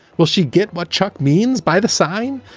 will she get what chuck means by the sign?